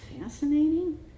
fascinating